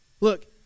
Look